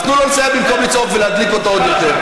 תנו לו לסיים במקום לצעוק ולהדליק אותו עוד יותר.